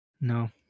No